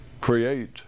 create